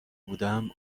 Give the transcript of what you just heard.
بودم